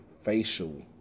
facial